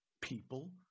people